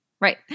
Right